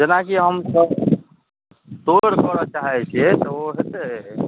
जेनाकि हमसब तोरइ करऽ चाहय छियै तऽ ओ हेतय